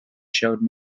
showed